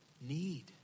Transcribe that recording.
need